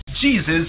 Jesus